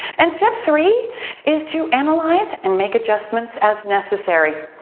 and step three is to analyze and make adjustments as necessary.